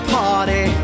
party